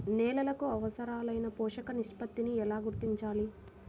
నేలలకు అవసరాలైన పోషక నిష్పత్తిని ఎలా గుర్తించాలి?